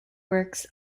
works